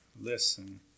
listen